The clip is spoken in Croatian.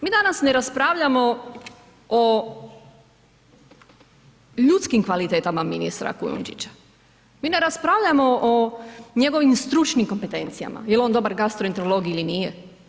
Mi danas ne raspravljamo o ljudskim kvalitetama ministra Kujundžića, mi ne raspravljamo o njegovim stručnim kompetencijama jel on dobar gastroenterolog ili nije.